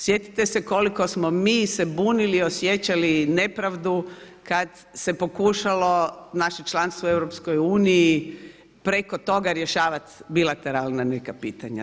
Sjetite se koliko smo mi se bunili i osjećali nepravdu kada se pokušalo naše članstvo u EU preko toga rješavati bilateralna neka pitanja.